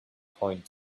point